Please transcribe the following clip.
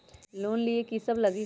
Loan लिए की सब लगी?